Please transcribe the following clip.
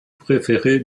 préféré